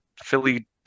Philly